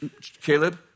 Caleb